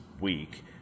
week